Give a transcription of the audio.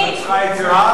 גברתי, את צריכה עזרה?